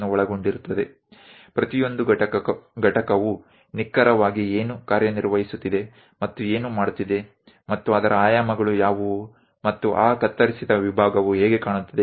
આપણે સમજવું જરૂરી છે કે રોકેટનો દરેક ભાગ ચોક્કસ શું અને કેવી કામ કરી રહ્યો છે રીતે અને તેના પરિમાણો શું છે અને તેનો સેકશનલ વ્યુ કેવો દેખાય છે